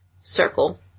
Circle